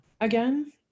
again